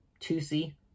2C